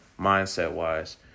mindset-wise